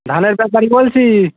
ধানের ব্যাপারী বলছি